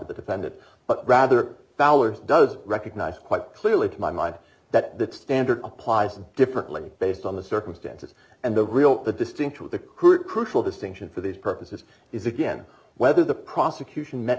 of the defendant but rather fowler's does recognize quite clearly to my mind that that standard applies differently based on the circumstances and the real the distinction of the crucial distinction for these purposes is again whether the prosecution met